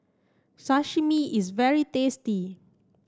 Sashimi is very tasty